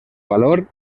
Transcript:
valor